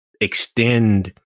extend